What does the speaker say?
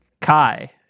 Kai